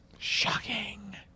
Shocking